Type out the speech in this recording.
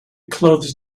clothes